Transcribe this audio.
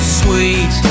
sweet